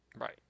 Right